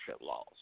laws